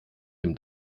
dem